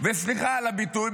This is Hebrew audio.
וסליחה על הביטוי,